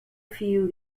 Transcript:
few